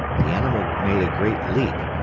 the animal made a great leap,